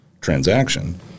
transaction